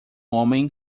homem